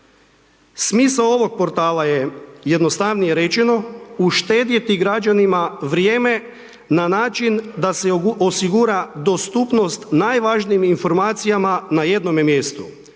Smisao ovog portala je jednostavnije rečeno uštedjeti građanima vrijeme na način da se osigura dostupnost najvažnijim informacijama na jednome mjestu